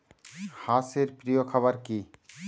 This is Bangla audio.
হাঁস এর প্রিয় খাবার কি?